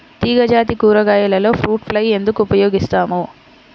తీగజాతి కూరగాయలలో fruit fly ఎందుకు ఉపయోగిస్తాము?